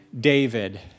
David